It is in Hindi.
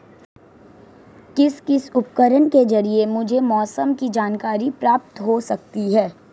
किस किस उपकरण के ज़रिए मुझे मौसम की जानकारी प्राप्त हो सकती है?